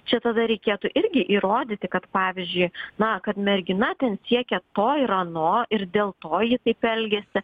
čia tada reikėtų irgi įrodyti kad pavyzdžiui na kad mergina ten siekia to ir ano ir dėl to ji taip elgiasi